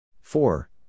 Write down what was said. Four